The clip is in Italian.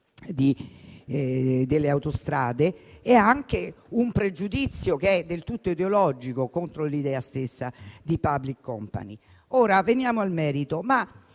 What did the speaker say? delle autostrade e anche un pregiudizio che è del tutto ideologico contro l'idea stessa di *public company.* Venendo al merito,